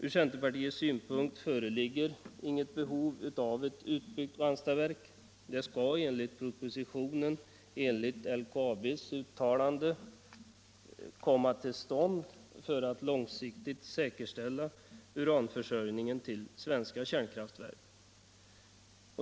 Ur centerpartiets synpunkt föreligger ingen behov av ett utbyggt Ranstadsverk. Detta skulle enligt propositionen och LKAB:s uttalande komma till stånd för att långsiktigt säkerställa uranförsörjningen till svenska kärnkraftverk.